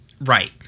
Right